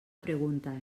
pregunta